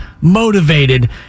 motivated